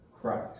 Christ